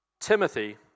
Timothy